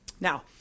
Now